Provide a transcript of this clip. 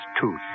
tooth